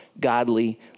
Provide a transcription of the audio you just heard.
godly